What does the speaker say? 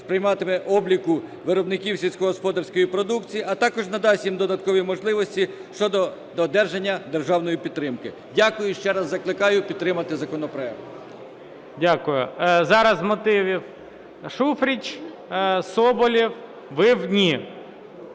сприятиме обліку виробників сільськогосподарської продукції, а також надасть їм додаткові можливості щодо одержання державної підтримки. Дякую ще раз, закликаю підтримати законопроект. ГОЛОВУЮЧИЙ. Дякую. Зараз з мотивів – Шуфрич, Соболєв. Ви – ні.